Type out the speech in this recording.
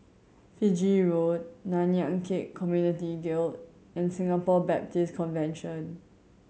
Fiji Road Nanyang Khek Community Guild and Singapore Baptist Convention